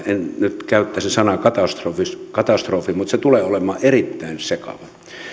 en nyt käyttäisi sanaa katastrofi katastrofi mutta ensi kesä tulee olemaan erittäin sekava